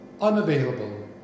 unavailable